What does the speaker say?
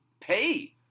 pay